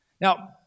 Now